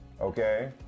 Okay